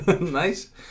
Nice